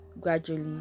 gradually